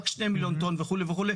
רק שני מיליון טון וכו' וכו',